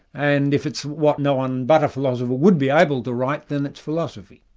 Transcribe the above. and if it's what no-one but a philosopher would be able to write, then it's philosophy.